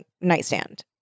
nightstand